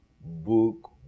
book